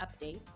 updates